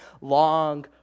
long